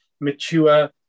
mature